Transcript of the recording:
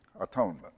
atonement